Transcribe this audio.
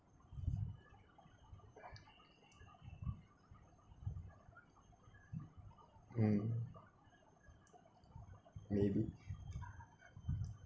mm maybe